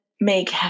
make